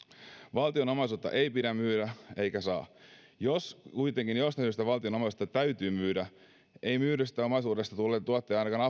valtion omaisuutta ei pidä eikä saa myydä jos kuitenkin jostain syystä valtion omaisuutta täytyy myydä ei myydystä omaisuudesta tulleita tuottoja ainakaan